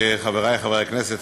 חברי חברי הכנסת,